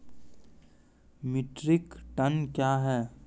Metric ton कया हैं?